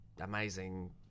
amazing